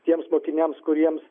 tiems mokiniams kuriems